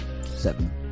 Seven